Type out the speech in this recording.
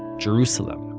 jerusalem